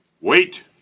Wait